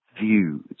views